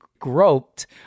groped